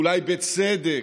אולי בצדק,